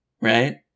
right